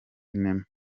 sinema